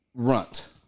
Runt